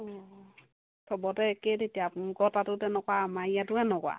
অঁ চবতে একেই তেতিয়া আপোনালোকৰ তাতো এনেকুৱা আমাৰ ইয়াতো এনেকুৱা